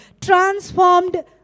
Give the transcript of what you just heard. transformed